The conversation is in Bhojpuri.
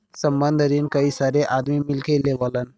संबंद्ध रिन कई सारे आदमी मिल के लेवलन